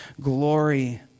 glory